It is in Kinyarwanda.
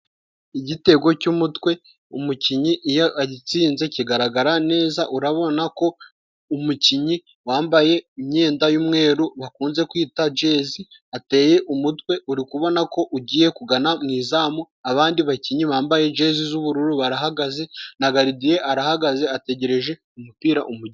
Igitego cy'umutwe umukinnyi iyo agitsinze kigaragara neza. Urabona ko umukinnyi wambaye imyenda y'umweru bakunze kwita jezi ateye umutwe uri kubona ko ugiye kugana mu izamu abandi bakinnyi bambaye jezi z'ubururu barahagaze na garidiye arahagaze ategereje ko umupira umugeraho.